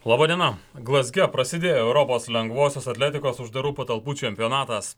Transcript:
laba diena glazge prasidėjo europos lengvosios atletikos uždarų patalpų čempionatas